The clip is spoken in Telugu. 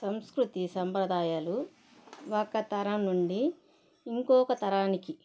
సంస్కృతి సంప్రదాయాలు ఒక తరం నుండి ఇంకొక తరానికి